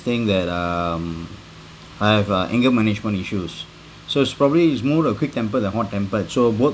thing that um I have uh anger management issues so it's probably is more a quick-tempered than hot-tempered so both